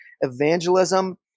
evangelism